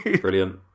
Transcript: Brilliant